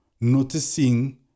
noticing